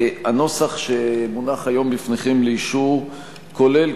הנוסח שמונח היום בפניכם לאישור כולל